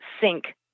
sink